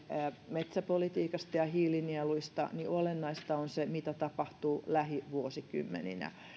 metsäpolitiikasta ja hiilinieluista olennaista on se mitä tapahtuu lähivuosikymmeninä